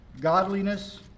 godliness